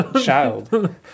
Child